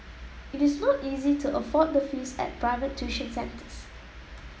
it is not easy to afford the fees at private tuition centres